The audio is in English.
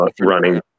running